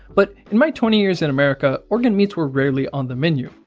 but in my twenty years in america, organ meats were rarely on the menu,